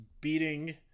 beating